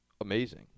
amazing